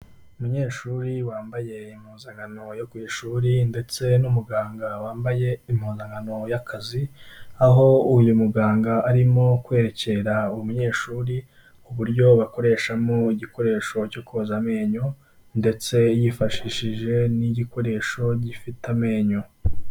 Umunyeshuri wambaye impuzankano yo ku ishuri ndetse n'umuganga wambaye impuzankano y'akazi, aho uyu muganga arimo kwerekera umunyeshuri uburyo bakoreshamo igikoresho cyo koza amenyo ndetse yifashishije n'igikoresho gifite amenyo.